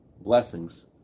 blessings